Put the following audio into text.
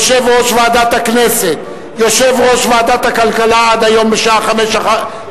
יושב-ראש ועדת הכלכלה עד היום בשעה 15:00,